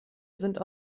sind